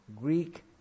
Greek